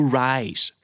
rise